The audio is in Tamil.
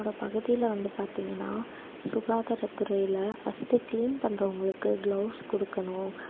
என்னோடய பகுதியில் வந்து பார்த்தீங்கன்னா சுகாதாரத்துறையில் ஃபர்ஸ்டு கிளீன் பண்ணுறவங்களுக்கு கிளவுஸ் கொடுக்கணும்